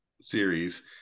series